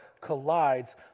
collides